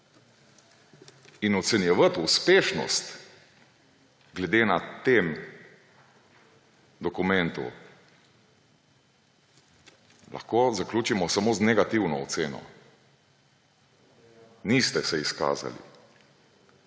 Ocenjevati uspešnost v tem dokumentu, lahko zaključimo samo z negativno oceno. Niste se izkazali.